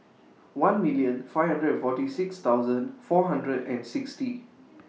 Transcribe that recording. one million five hundred and forty six thousand four hundred and sixty